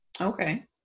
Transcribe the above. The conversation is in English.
Okay